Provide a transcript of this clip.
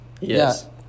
Yes